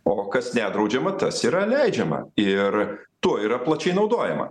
o kas nedraudžiama tas yra leidžiama ir tuo yra plačiai naudojama